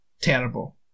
terrible